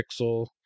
Pixel